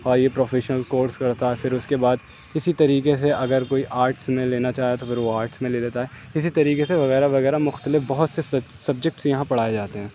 high professional course کرتا ہے پھر اس کے بعد اسی طریقے سے اگر کوئی آرٹس میں لینا چاہے تو وہ پھر آرٹس میں لے لیتا ہے اسی طریقے سے وغیرہ وغیرہ مختلف بہت سے سبجیکٹس یہاں پڑھائے جاتے ہیں